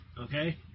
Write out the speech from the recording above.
Okay